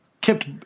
kept